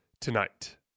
tonight